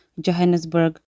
Johannesburg